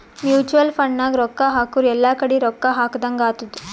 mutual fund ನಾಗ್ ರೊಕ್ಕಾ ಹಾಕುರ್ ಎಲ್ಲಾ ಕಡಿ ರೊಕ್ಕಾ ಹಾಕದಂಗ್ ಆತ್ತುದ್